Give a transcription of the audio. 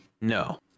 No